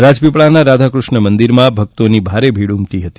રાજપીપળાના રાધાકૃષ્ણ મંદિરમાં ભક્તોની ભારે ભીડ ઉમટી હતી